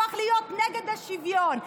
הפך להיות נגד השוויון.